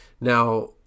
Now